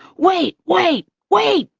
wait wait wait!